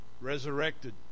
resurrected